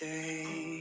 Day